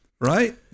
right